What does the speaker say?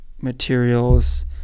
materials